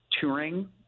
touring